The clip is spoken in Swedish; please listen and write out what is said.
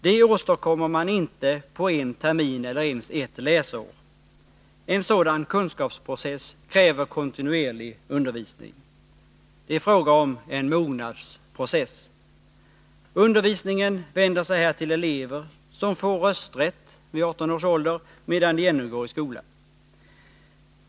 Det åstadkommer man inte på en termin eller ens ett läsår. En sådan kunskapsprocess kräver kontinuerlig undervisning. Det är fråga om en mognadsprocess. Undervisningen vänder sig här till elever som får rösträtt vid 18 års ålder, medan de ännu går i skolan.